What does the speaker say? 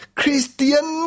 Christian